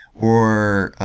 or